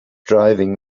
driving